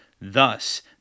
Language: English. Thus